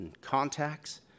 contacts